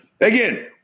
Again